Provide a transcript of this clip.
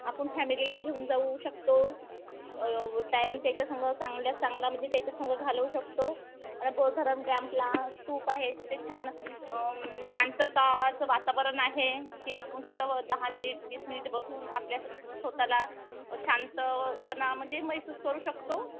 आपण फॅमिलीला घेऊन जाऊ शकतो टाईम त्याच्यासंग चांगल्यास चांगला म्हणजे त्याच्यासंग घालवू शकतो आणि बोर धरण डॅम्पला स्तूप आहे तिथे छान शांततेचं वातावरण आहे की आपण तिथं दहा मिनिट वीस मिनिट बसून आपल्या स्वतःला शांतपणा म्हणजे महसूस करू शकतो